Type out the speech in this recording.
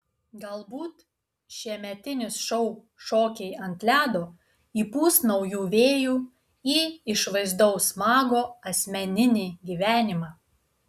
galbūt šiemetinis šou šokiai ant ledo įpūs naujų vėjų į išvaizdaus mago asmeninį gyvenimą